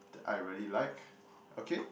that I really like okay